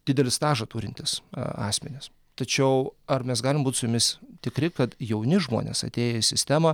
didelį stažą turintys asmenys tačiau ar mes galime būt su jumis tikri kad jauni žmonės atėję į sistemą